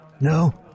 No